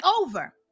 over